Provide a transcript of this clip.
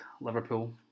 Liverpool